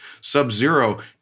Sub-Zero